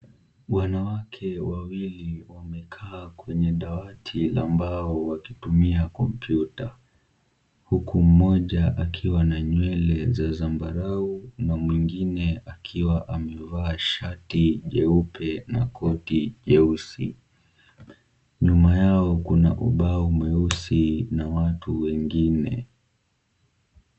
Wanawake wawili wamekaa kwenye dawati la mbao wakitumia kompyuta, huku mmoja akiwa na nywele za zambarau na mwingine akiwa amevaa shati jeupe na koti nyeusi. Nyuma yao kuna ubao mweusi na watu wengine.